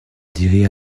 dirait